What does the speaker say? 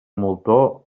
moltó